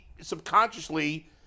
subconsciously